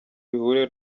bihuriye